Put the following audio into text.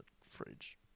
fridge